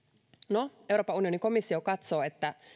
no euroopan unionin komissio katsoo että